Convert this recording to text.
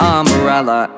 umbrella